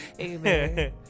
Amen